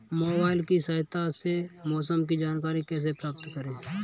Mobile की सहायता से मौसम की जानकारी कैसे प्राप्त करें?